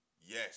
Yes